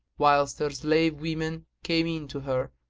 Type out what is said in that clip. whilst her slave women came in to her,